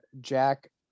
jack